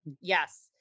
Yes